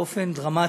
באופן דרמטי.